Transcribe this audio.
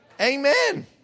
Amen